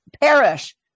perish